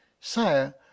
Sire